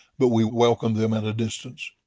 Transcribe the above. but we welcome them at a distance.